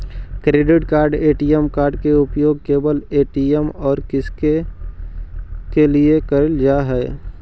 Credit card ATM card के उपयोग केवल ए.टी.एम और किसके के लिए करल जा है?